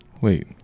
Wait